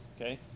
Okay